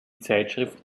zeitschrift